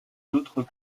d’autres